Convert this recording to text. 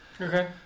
Okay